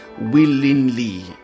willingly